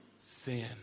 Sin